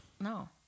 No